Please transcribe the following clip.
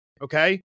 okay